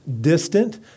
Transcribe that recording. distant